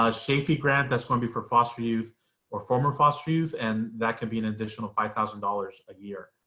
ah chafee grant, that's gonna be for foster youth or former foster youth and that could be an additional five thousand dollars a year.